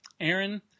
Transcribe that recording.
Aaron